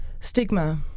Stigma